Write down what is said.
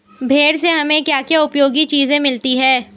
भेड़ से हमें क्या क्या उपयोगी चीजें मिलती हैं?